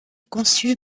conçue